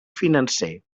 financer